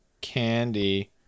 candy